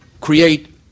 create